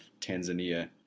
Tanzania